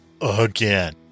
again